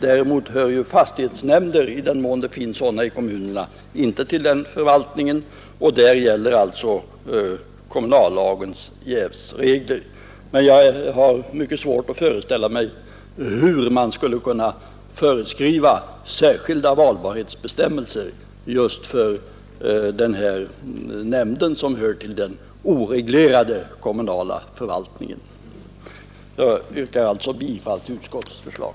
Däremot hör fastighetsnämnden, i den mån det finns sådan i kommunerna, inte till specialförvaltningen. Där gäller kommunallagens jävsregler. Jag har emellertid mycket svårt att föreställa mig hur man skulle kunna föreskriva särskilda valbarhetsbestämmelser just för denna nämnd, som hör till den oreglerade kommunala förvaltningen. Jag yrkar bifall till utskottets förslag.